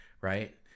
right